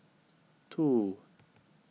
two